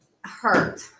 hurt